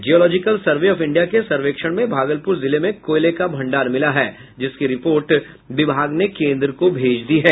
geological survey of India के सर्वेक्षण में भागलपुर जिले में कोयले का भंडार मिला है जिसकी रिपोर्ट विभाग ने केन्द्र को भेज दी है